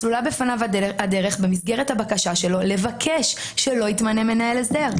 סלולה בפניו הדרך במסגרת הבקשה שלו לבקש שלא יתמנה מנהל הסדר.